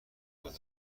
آدمی